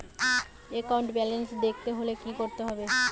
একাউন্টের ব্যালান্স দেখতে হলে কি করতে হবে?